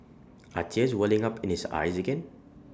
are tears welling up in his eyes again